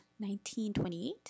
1928